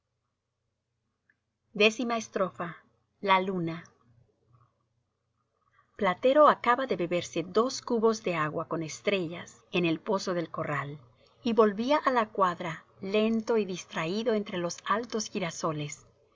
x la luna platero acababa de beberse dos cubos de agua con estrellas en el pozo del corral y volvía á la cuadra lento y distraído entre los altos girasoles